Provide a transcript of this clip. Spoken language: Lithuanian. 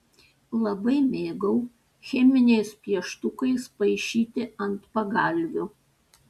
labai mėgau cheminiais pieštukais paišyti ant pagalvių